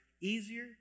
easier